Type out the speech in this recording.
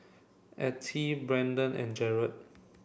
Ettie Brenton and Gearld